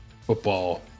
football